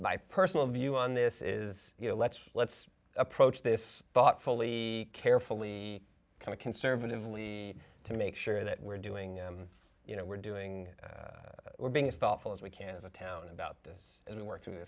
my personal view on this is you know let's let's approach this thoughtfully carefully conservatively to make sure that we're doing you know we're doing we're being thoughtful as we can as a town about this as we work